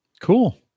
Cool